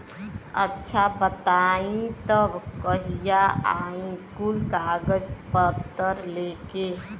अच्छा बताई तब कहिया आई कुल कागज पतर लेके?